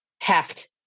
heft